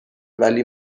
ولی